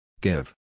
Give